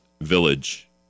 Village